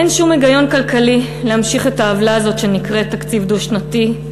אין שום היגיון כלכלי להמשיך את העוולה הזאת שנקראת "תקציב דו-שנתי".